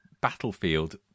battlefield